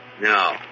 No